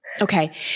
Okay